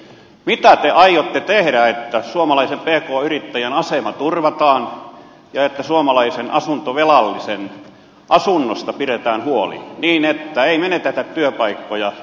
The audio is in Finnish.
mitä te aiotte tehdä että suomalaisen pk yrittäjän asema turvataan ja että suomalaisen asuntovelallisen asunnosta pidetään huoli niin että ei menetetä työpaikkoja eivätkä nämä ihmiset menetä toivoaan